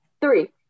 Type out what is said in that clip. Three